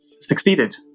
succeeded